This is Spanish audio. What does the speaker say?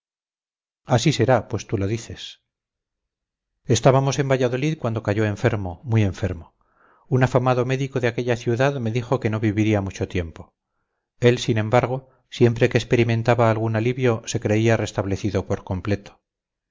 así será pues tú lo dices estábamos en valladolid cuando cayó enfermo muy enfermo un afamado médico de aquella ciudad me dijo que no viviría mucho tiempo él sin embargo siempre que experimentaba algún alivio se creía restablecido por completo